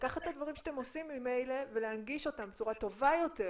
לקחת את הדברים שאתם עושים ממילא ולהנגיש אותם בצורה טובה יותר